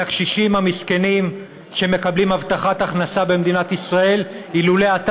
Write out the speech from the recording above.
לקשישים המסכנים שמקבלים הבטחת הכנסה במדינת ישראל אילולא אתה,